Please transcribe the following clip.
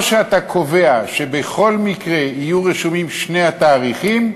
או שאתה קובע שבכל מקרה יהיו רשומים שני התאריכים,